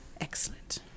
excellent